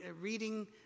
reading